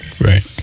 Right